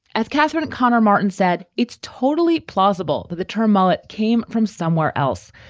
as katherine connor martin said, it's totally plausible that the term mullet came from somewhere else,